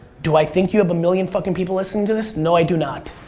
do i think you have a million fucking people listening to this? no, i do not.